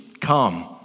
come